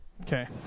Okay